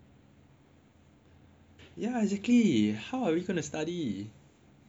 yeah exactly how are we gonna study